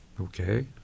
okay